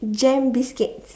gem biscuits